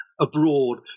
abroad